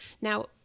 now